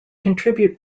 contribute